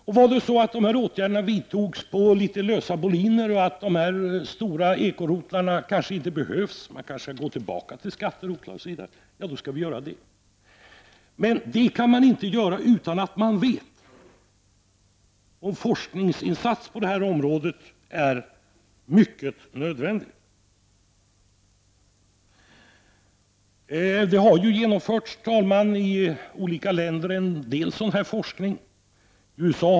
Om åtgärderna vidtogs på litet lösa boliner och om de stora ekorotlarna inte behövs, kan man kanske gå tillbaka till systemet med skatterotlar. Men det kan man inte göra utan att man vet om forskningsinsatser på det här området är nödvändiga. Herr talman! Det har i olika länder genomförts viss forskning.